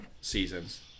seasons